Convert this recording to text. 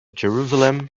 jerusalem